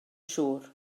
siŵr